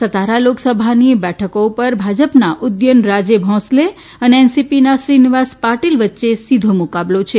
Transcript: સાતારા લોકસભાની બેઠકો ઉપર ભા પના ઉદયન રાજે ભોંસલે અને એનસીપીના શ્રીનિવાસ પાટીલ વચ્ચે સીધો મુકાબલો છે